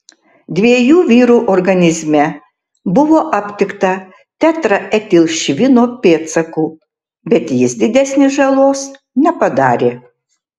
dviejų vyrų organizme buvo aptikta tetraetilšvino pėdsakų bet jis didesnės žalos nepadarė